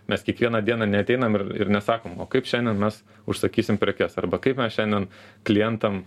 mes kiekvieną dieną neateinam ir ir nesakom o kaip šiandien mes užsakysim prekes arba kaip mes šiandien klientam